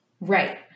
Right